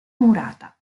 murata